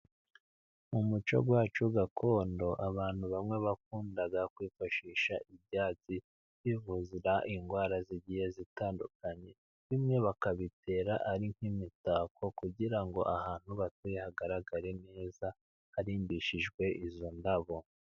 Mu muco wacu gakondo, abantu bamwe bakunda kwifashisha ibyatsi bivuza indwara zigiye zitandukanye, bimwe bakabitera ari nk'imitako kugira ngo ahantu batuye hagaragare neza harimbishijwe izo ndabo.